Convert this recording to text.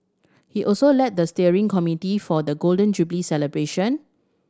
he also led the steering committee for the Golden Jubilee celebration